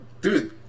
dude